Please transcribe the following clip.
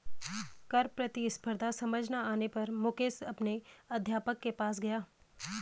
कर प्रतिस्पर्धा समझ ना आने पर मुकेश अपने अध्यापक के पास गया